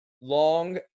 long